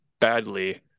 badly